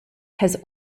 has